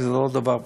זה לא דבר פשוט.